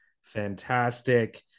fantastic